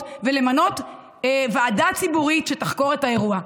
ולמנות ועדה ציבורית שתחקור את האירוע.